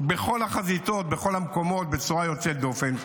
בכל החזיתות ובכל המקומות בצורה יוצאת דופן.